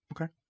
Okay